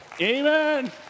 amen